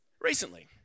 recently